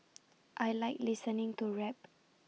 I Like listening to rap